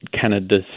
Canada